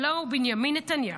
הלוא הוא בנימין נתניהו.